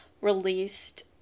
released